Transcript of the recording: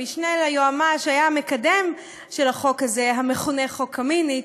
המשנה ליועמ"ש היה המקדם של החוק הזה המכונה "חוק קמיניץ"